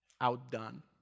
outdone